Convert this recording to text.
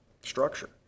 structure